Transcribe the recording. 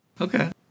Okay